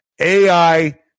AI